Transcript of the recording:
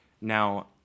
Now